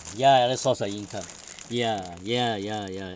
ya another source of income ya ya ya ya